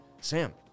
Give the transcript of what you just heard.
Sam